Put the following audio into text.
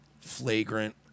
flagrant